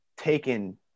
taken